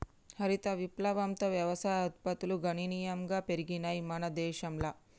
హరిత విప్లవంతో వ్యవసాయ ఉత్పత్తులు గణనీయంగా పెరిగినయ్ మన దేశంల